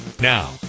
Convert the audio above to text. Now